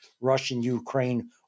Russian-Ukraine